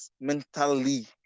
mentally